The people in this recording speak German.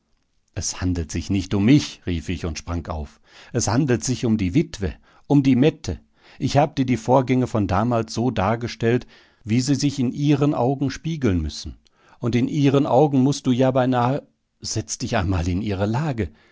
es handelt sich nicht um mich rief ich und sprang auf es handelt sich um die witwe um die mette ich hab dir die vorgänge von damals so dargestellt wie sie sich in ihren augen spiegeln müssen und in ihren augen mußt du ja beinahe setz dich einmal in ihre lage